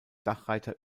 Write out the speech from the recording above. dachreiter